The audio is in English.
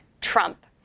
Trump